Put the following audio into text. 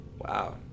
Wow